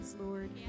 Lord